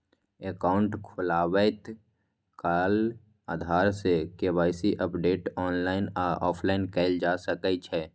account खोलबैत काल आधार सं के.वाई.सी अपडेट ऑनलाइन आ ऑफलाइन कैल जा सकै छै